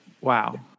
Wow